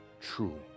true